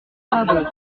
rabault